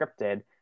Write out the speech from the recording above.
scripted